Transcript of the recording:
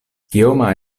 kioma